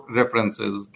references